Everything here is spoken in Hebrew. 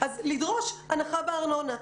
אז לדרוש הנחה בארנונה.